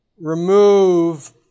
remove